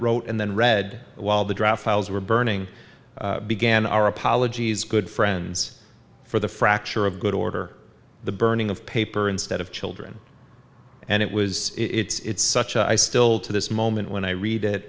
wrote and then read while the draft files were burning began our apologies good friends for the fracture of good order the burning of paper instead of children and it was it's such a i still to this moma when i read it